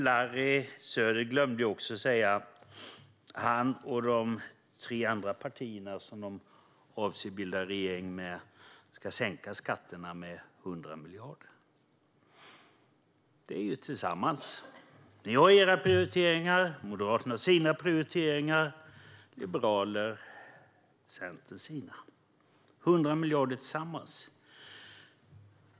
Larry Söder glömde också att säga att hans parti och de andra tre partier som Kristdemokraterna avser att bilda regering med tillsammans ska sänka skatterna med 100 miljarder. Ni har era prioriteringar, Larry Söder. Moderaterna har sina prioriteringar, och Liberalerna och Centern har sina. Ni ska sänka med 100 miljarder tillsammans.